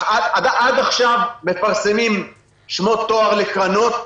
עד עכשיו מפרסמים שמות תואר לקרנות.